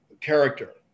character